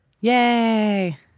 Yay